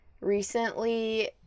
recently